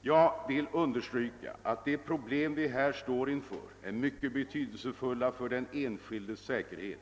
Jag vill understryka att de problem vi här står inför är mycket betydelsefulla för den enskildes säkerhet.